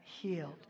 healed